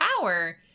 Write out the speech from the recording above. power